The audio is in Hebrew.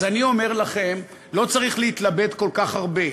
אז אני אומר לכם, לא צריך להתלבט כל כך הרבה,